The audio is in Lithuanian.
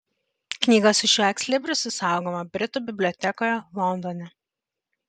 knyga su šiuo ekslibrisu saugoma britų bibliotekoje londone